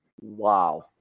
Wow